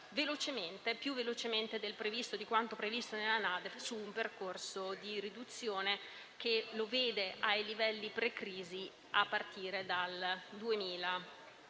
più velocemente di quanto previsto nella NADEF su un percorso di riduzione che lo vede ai livelli pre-crisi, a partire dal 2030.